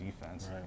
defense